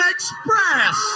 Express